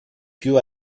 più